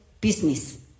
business